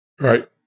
Right